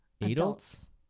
Adults